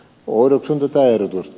oudoksun tätä ehdotusta